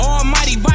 Almighty